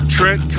Trent